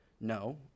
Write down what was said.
no